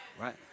Right